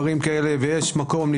הפגנות בכל רחבי הארץ באוכלוסין שונים,